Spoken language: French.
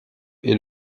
est